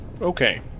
Okay